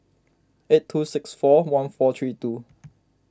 eight two six four one four three two